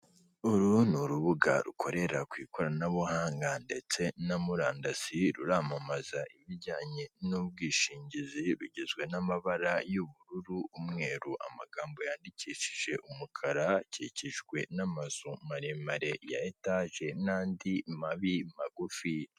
Uru ni urubuga rukorera ku ikoranabuhanga ndetse na murandasi ruramamaza ibijyanye n'ubwishingizi rugizwe n'amabara y'ubururu, umweru, amagambo yandikishije umukara akikijwe n'amazu maremare ya etaje n'andi mabi magufi.